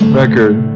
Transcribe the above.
record